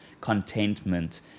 contentment